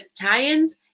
tie-ins